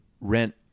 rent